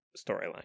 storyline